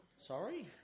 Sorry